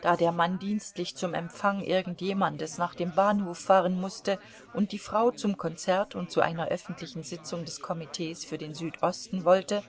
da der mann dienstlich zum empfang irgend jemandes nach dem bahnhof fahren mußte und die frau zum konzert und zu einer öffentlichen sitzung des komitees für den südosten wollte